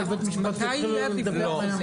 מתי יהיה הפיקוח הזה?